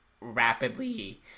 rapidly